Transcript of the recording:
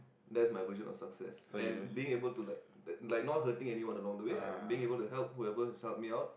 that's my version of success and being able to like like not hurt thing anyone along the way I am being able to help whoever is help me out